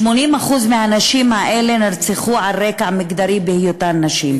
80% מהנשים האלה נרצחו על רקע מגדרי בהיותן נשים.